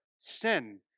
sin